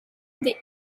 the